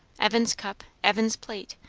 evan's cup, evan's plate,